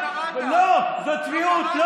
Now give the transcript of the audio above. לא, זו צביעות,